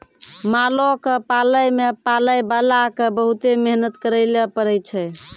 मालो क पालै मे पालैबाला क बहुते मेहनत करैले पड़ै छै